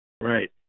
Right